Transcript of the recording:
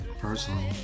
Personally